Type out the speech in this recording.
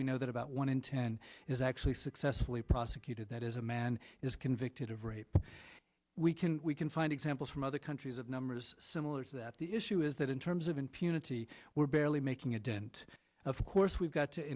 we know that about one in ten is actually successfully prosecuted that is a man is convicted of rape we can we can find examples from other countries of numbers similar to that the issue is that in terms of impunity we're barely making a dent of course we've got to